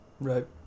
right